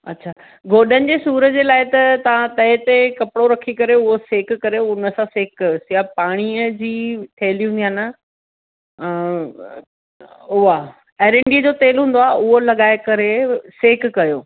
अच्छा गोॾनि जे सूर जे लाइ त तव्हां तए ते कपिड़ो रखी करे हूअ सेक करियो हुनसां सेक कयो या पाणीअ जी थैली हूंदी आहे न उहा ऐरिडीं जो तेल हूंदो आहे उहो लॻाए करे सेक कयो